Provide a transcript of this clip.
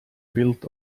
built